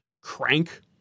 crank